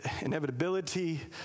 inevitability